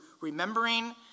remembering